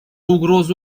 угроза